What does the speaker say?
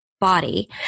body